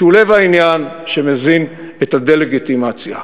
שהוא לב העניין שמזין את הדה-לגיטימציה.